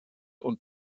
und